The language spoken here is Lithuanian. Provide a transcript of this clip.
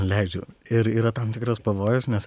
leidžiu ir yra tam tikras pavojus nes